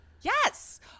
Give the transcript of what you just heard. Yes